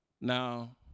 Now